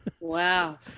Wow